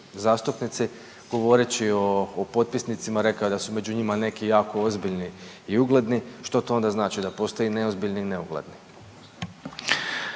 zastupnici govoreći o potpisnicima rekao je da su među njima neki jako ozbiljni i ugledni, što to onda znači, da postoje neozbiljni i neugledni?